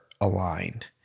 aligned